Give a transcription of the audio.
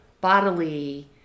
bodily